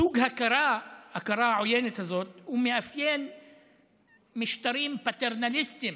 סוג ההכרה העוינת הזאת מאפיין משטרים פטרנליסטיים,